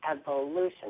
evolution